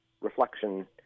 reflection